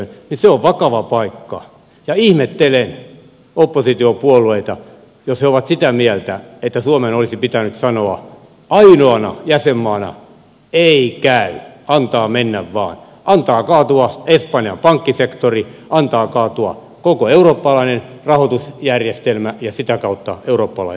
se on vakava paikka ja ihmettelen oppositiopuolueita jos he ovat sitä mieltä että suomen olisi pitänyt sanoa ainoana jäsenmaana että ei käy antaa mennä vaan antaa kaatua espanjan pankkisektorin antaa kaatua koko eurooppalaisen rahoitusjärjestelmän ja sitä kautta eurooppalaisen talouden